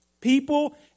people